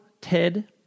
Ted